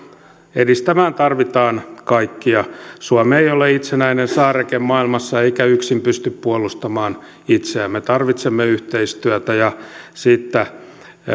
edistämään tarvitaan kaikkia suomi ei ole itsenäinen saareke maailmassa eikä yksin pysty puolustamaan itseään me tarvitsemme yhteistyötä ja siitä